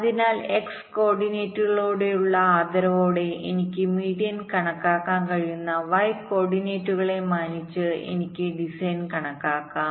അതിനാൽ x കോർഡിനേറ്റുകളോടുള്ള ആദരവോടെ എനിക്ക് മീഡിയൻ കണക്കാക്കാൻ കഴിയുന്ന y കോർഡിനേറ്റുകളെ മാനിച്ച് എനിക്ക് മീഡിയൻ കണക്കാക്കാം